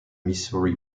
missouri